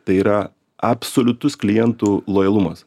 tai yra absoliutus klientų lojalumas